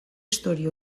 istorio